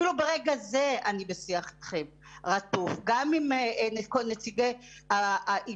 אפילו ברגע הזה אני בשיח איתכם רצוף גם עם נציגי האיגודים,